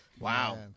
Wow